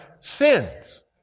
sins